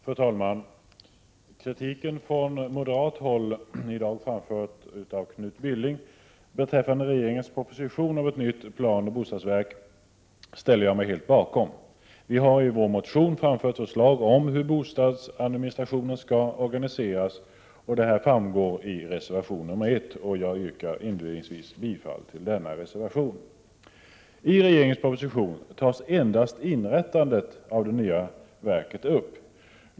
Fru talman! Kritiken från moderat håll, i dag framförd av Knut Billing, beträffande regeringens proposition om ett nytt planoch bostadsverk ställer jag mig helt bakom. Vi har i vår motion framfört förslag om hur bostadsadministrationen skall organiseras, vilket framgår i reservation 1, och jag yrkar inledningsvis bifall till denna reservation. I regeringens proposition tas endast inrättandet av det nya verket upp.